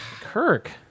Kirk